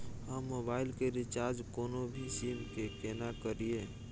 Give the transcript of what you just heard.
हम मोबाइल के रिचार्ज कोनो भी सीम के केना करिए?